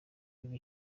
biba